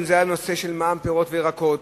אם בנושא המע"מ על פירות וירקות,